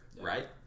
right